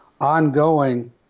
ongoing